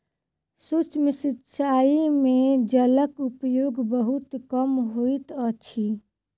सूक्ष्म सिचाई में जलक उपयोग बहुत कम होइत अछि